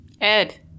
Ed